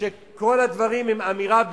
שכל הדברים הם אמירה בעלמא,